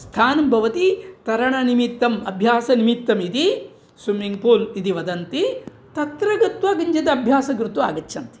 स्थानं भवति तरणनिमित्तं अभ्यासनिमित्तम् इति स्विमिङ्ग्पूल् इति वदन्ति तत्र गत्वा किञ्चित् अभ्यासं कृत्वा आगच्छन्ति